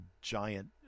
giant